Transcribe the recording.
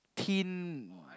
teen